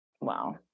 Wow